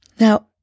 Now